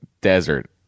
desert